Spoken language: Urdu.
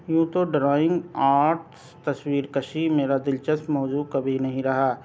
یوں تو ڈرائنگ آرٹس تصویر کشی میرا دلچسپ موضوع کبھی نہیں رہا